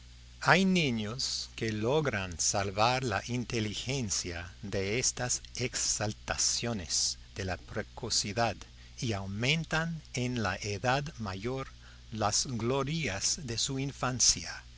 hay niños que logran salvar la inteligencia de estas exaltaciones de la precocidad y aumentan en la edad mayor las glorias de su infancia